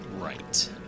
right